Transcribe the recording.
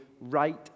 right